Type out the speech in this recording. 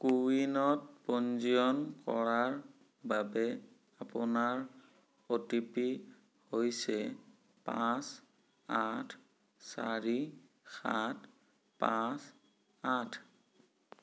কোৱিনত পঞ্জীয়ন কৰাৰ বাবে আপোনাৰ অ'টিপি হৈছে পাঁচ আঠ চাৰি সাত পাঁচ আঠ